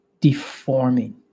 deforming